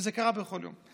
וזה קורה בכל יום.